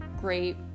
great